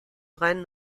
rein